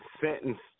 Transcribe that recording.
sentenced